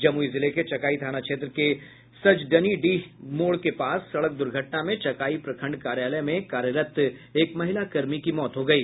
जमुई जिले के चकाई थाना क्षेत्र के सजडनीडीह मोड़ के पास सड़क दुर्घटना में चकाई प्रखंड कार्यालय में कार्यरत एक महिला कर्मी की मौत हो गयी